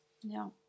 ja